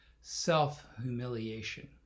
self-humiliation